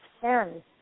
ten